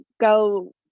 go